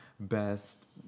Best